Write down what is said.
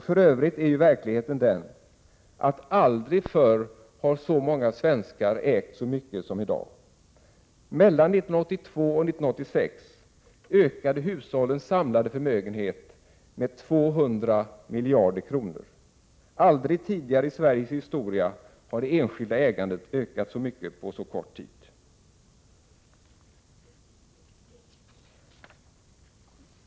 För övrigt är verkligheten den, att aldrig förr har så många svenskar ägt så mycket som i dag. Mellan 1982 och 1986 ökade hushållens samlade förmögenhet med 200 miljarder kronor. Aldrig tidigare i Sveriges historia har det enskilda ägandet ökat så mycket på så kort tid.